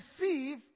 receive